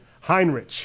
Heinrich